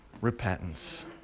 repentance